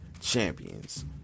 champions